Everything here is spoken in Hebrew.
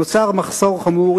נוצר מחסור חמור,